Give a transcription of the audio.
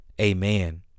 Amen